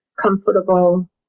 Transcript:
comfortable